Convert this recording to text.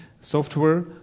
software